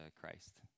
Christ